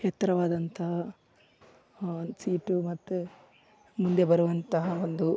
ಎತ್ತರವಾದಂತಹ seat ಮತ್ತು ಮುಂದೆ ಬರುವಂತಹ ಒಂದು